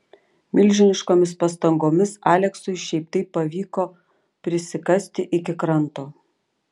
milžiniškomis pastangomis aleksui šiaip taip pavyko prisikasti iki kranto